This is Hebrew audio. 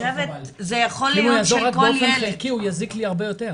כי אם הוא יעזור רק באופן חלקי הוא יזיק לי הרבה יותר.